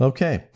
Okay